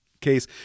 case